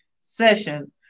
Session